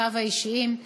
חפציו האישיים.